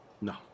No